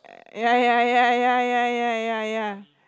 ya ya ya ya ya ya ya ya